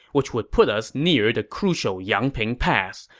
which would put us near the crucial yangping pass.